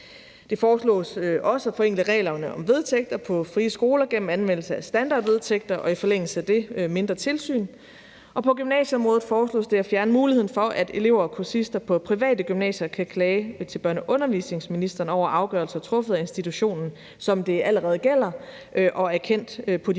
at forenkle reglerne om vedtægter på frie skoler gennem anvendelse af standardvedtægter og i forlængelse af det mindre tilsyn. Og på gymnasieområdet foreslås det at fjerne muligheden for, at elever og kursister på private gymnasier kan klage til børne- og undervisningsministeren over afgørelser truffet af institutionen, som det allerede gælder og er kendt på de frie